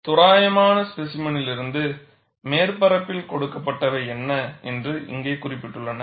தோராயமான ஸ்பேசிமெனிலிருந்து மேற்பரப்பில் கொடுக்கப்பட்டவை என்ன என்று இங்கே குறிக்கப்பட்டுள்ளன